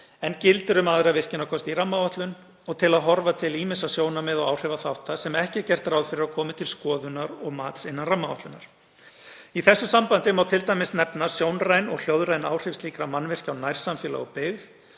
en gildir um aðra virkjunarkosti í rammaáætlun og til að horfa til ýmissa sjónarmiða og áhrifaþátta sem ekki er gert ráð fyrir að komi til skoðunar og mats innan rammaáætlunar. Í þessu sambandi má t.d. nefna sjónræn og hljóðræn áhrif slíkra mannvirkja á nærsamfélag og byggð,